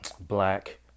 black